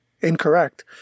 incorrect